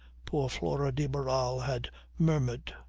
poor flora de barral had murmured,